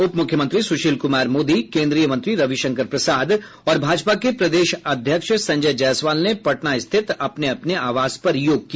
उप मुख्यमंत्री सुशील कुमार मोदी केंद्रीय मंत्री रवि शंकर प्रसाद और भाजपा के प्रदेश अध्यक्ष संजय जायसवाल ने पटना स्थित अपने अपने आवास पर योग किया